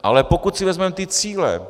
Ale pokud si vezmeme ty cíle.